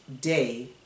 day